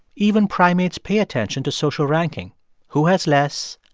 even primates pay attention to social ranking who has less,